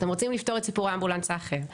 אתם רוצים לפתור את סיפור האמבולנס האחר אז,